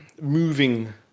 moving